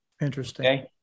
Interesting